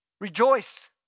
rejoice